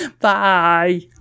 Bye